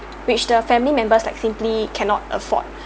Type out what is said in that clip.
which the family members like simply cannot afford